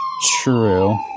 true